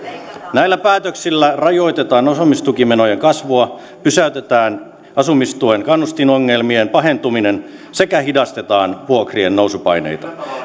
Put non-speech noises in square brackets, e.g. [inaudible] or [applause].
näillä päätöksillä rajoitetaan asumistukimenojen kasvua pysäytetään asumistuen kannustinongelmien pahentuminen sekä hidastetaan vuokrien nousupaineita [unintelligible]